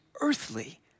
earthly